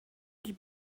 die